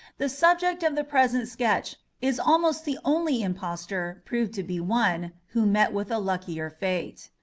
the subject of the present sketch is almost the only impostor, proved to be one, who met with a luckier fate.